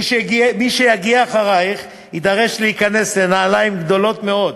מי שיגיע אחרייך יידרש להיכנס לנעליים גדולות מאוד.